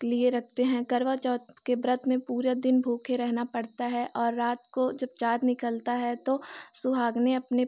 लिए रखते हैं करवा चौथ के व्रत में पूरा दिन भूखे रहना पड़ता है और रात को जब चाँद निकलता है तो सुहागनें अपने